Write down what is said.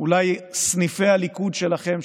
אולי סניפי הליכוד שלכם,